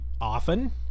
often